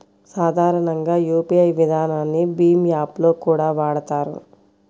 సాధారణంగా యూపీఐ విధానాన్ని భీమ్ యాప్ లో కూడా వాడతారు